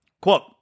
Quote